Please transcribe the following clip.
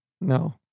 no